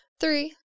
Three